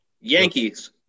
Yankees